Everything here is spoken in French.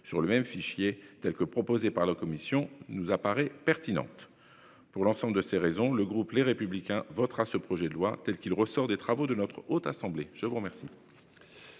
sur le même fichier, telle que la propose la commission, nous semble pertinente. Pour l'ensemble de ces raisons, le groupe Les Républicains votera ce projet de loi, tel qu'il ressort des travaux de notre Haute Assemblée. La parole